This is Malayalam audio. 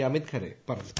അമിത് ഖരെ പറഞ്ഞു